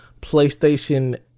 PlayStation